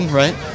right